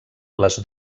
les